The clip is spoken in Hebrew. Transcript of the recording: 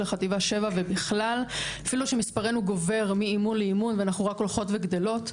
חטיבה 7 ובכלל אפילו שמספרנו גובר מאימון לאימון ואנחנו רק הולכות וגדלות.